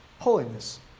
holiness